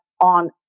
on